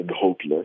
hopeless